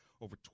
Over